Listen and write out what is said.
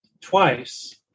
twice